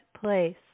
place